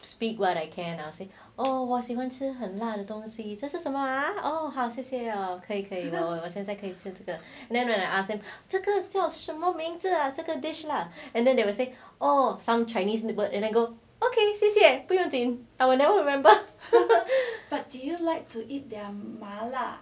speak what I can say oh 我喜欢吃很辣的东西这是什么啊谢谢哦可以可以我可以吃这个 and then when I ask him 这个叫什么名字啊这个 dish lah and then they will say or some chinese word I would go okay 谢谢不用紧 I will never remember